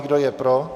Kdo je pro?